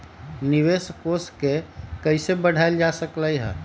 निवेश कोष के कइसे बढ़ाएल जा सकलई ह?